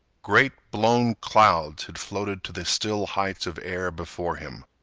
great blown clouds had floated to the still heights of air before him.